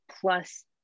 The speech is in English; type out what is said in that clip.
plus